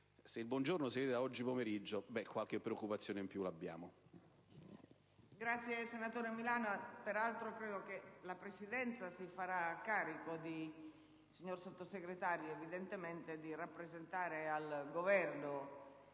Se il buongiorno si vede da questo pomeriggio, qualche preoccupazione in più l'abbiamo.